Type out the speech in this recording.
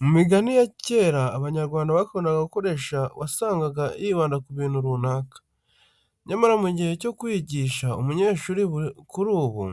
Mu migani ya kera abanyarwanda bakundaga gukoresha wasangaga yibanda ku bintu runaka. Nyamara mu gihe cyo kwigisha umunyeshuri kuri ubu,